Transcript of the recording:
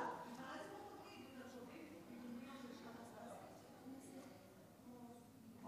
אל תוסיף לו זמן על זה, אנחנו